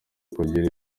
ukugira